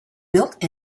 built